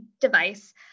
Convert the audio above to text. device